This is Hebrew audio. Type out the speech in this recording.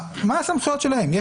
מה הסמכויות שלהם.